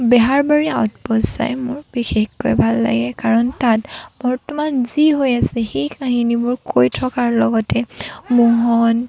Beharbari outpost চাই মোৰ বিশেষকৈ ভাল লাগে কাৰণ তাত বৰ্তমান যি হৈ আছে সেই কাহিনীবোৰ কৈ থকাৰ লগতে মোহন